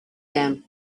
them